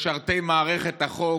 משרתי מערכת החוק,